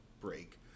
break